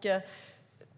Bland